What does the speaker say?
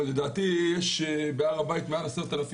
אבל כשעלית עם זה ידעת שזה אסור?